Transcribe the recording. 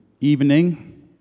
evening